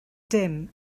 dim